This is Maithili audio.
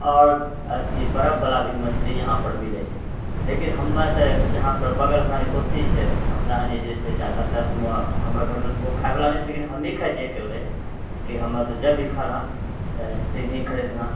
आओर अथी बरफवला भी मछली इहाँपर मिलै छै लेकिन हमरा तऽ इहाँपर बगल हमरा आर कोसी छै तऽ हमरानी ज्यादातर हम हमरा घरमे तऽ कोइ खाइवला नहि छै लेकिन हमहीँ खाइ छिए अकेले लेकिन हमरा तऽ जब भी खाइलोँ तऽ सिङ्गही खरीदलोँ